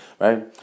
right